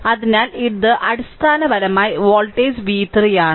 അതിനാൽ ഇത് അടിസ്ഥാനപരമായി വോൾട്ടേജ് v3 ആണ്